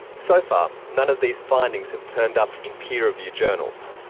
so far none of these findings have turned up in peer review journals.